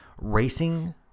racing